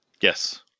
Yes